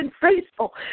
faithful